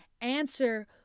answer